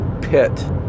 pit